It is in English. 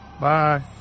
Bye